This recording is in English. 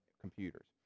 computers